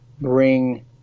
bring